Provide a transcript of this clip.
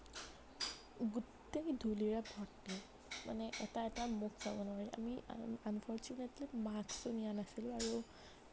গোটেই ধূলিৰে ভৰ্তি মানে এটা এটা মুখ চাব নোৱাৰি আমি আন আনফৰ্চুনেটলি মাক্সো নিয়া নাছিলোঁ আৰু